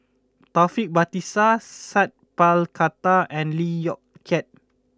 Taufik Batisah Sat Pal Khattar and Lee Yong Kiat